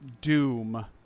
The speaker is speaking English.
Doom